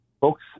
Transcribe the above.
folks